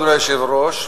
אדוני היושב-ראש,